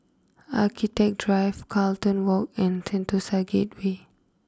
Architecture Drive Carlton walk and Sentosa Gateway